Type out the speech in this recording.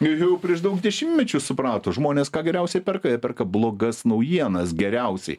jau prieš daug dešimtmečių suprato žmonės ką geriausiai perka jie perka blogas naujienas geriausiai